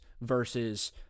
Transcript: versus